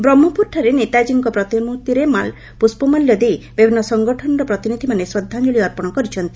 ବ୍ରହ୍କପୁରଠାରେ ନେତାଜୀଙ୍କ ପ୍ରତିମୂର୍ଭିରେ ପୁଷ୍ଟମାଲ୍ୟ ଦେଇ ବିଭିନ୍ଦ ସଙ୍ଗଠନର ପ୍ରତିନିଧିମାନେ ଶ୍ରଦ୍ଧାଞ୍ଞଳି ଅର୍ପଣ କରିଛନ୍ତି